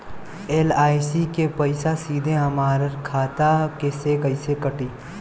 LIC के पईसा सीधे हमरा खाता से कइसे कटी?